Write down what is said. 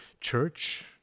church